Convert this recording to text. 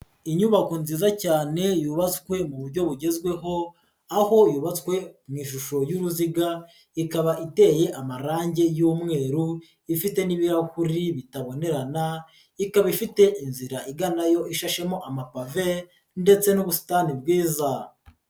Inyubako nziza cyane yubatswe mu buryo bugezweho, aho yubatswe mu ishusho y'uruziga, ikaba iteye amarange y'umweru, ifite n'ibirahuri bitabonerana, ikaba ifite inzira iganayo, ishashemo amapave ndetse n'ubusitani bwiza.